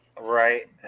Right